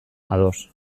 ados